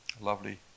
lovely